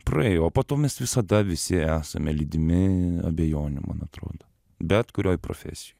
praėjo o po to mes visada visi esame lydimi abejonių man atrodo bet kurioj profesijoj